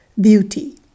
beauty